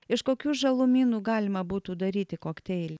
iš kokių žalumynų galima būtų daryti kokteilį